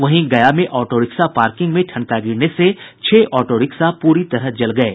वहीं गया में auto rickshaw parking में ठनका गिरने से छह ऑटो रिक्शा पूरी तरह जल गये